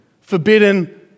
forbidden